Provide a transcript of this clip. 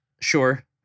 Sure